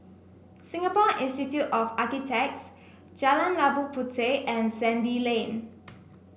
Singapore Institute of Architects Jalan Labu Puteh and Sandy Lane